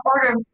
order